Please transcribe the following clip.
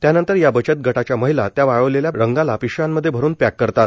त्यानंतर या बचत गटाच्या महिला त्या वाळवलेल्या रंगाला पिशव्यांमध्ये भरून पॅक करतात